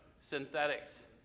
synthetics